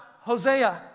Hosea